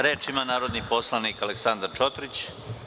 Reč ima narodni poslanik Aleksandar Čotrić.